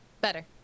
Better